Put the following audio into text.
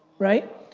right?